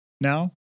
Now